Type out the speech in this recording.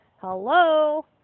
hello